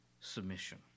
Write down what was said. submission